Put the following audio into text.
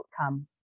outcome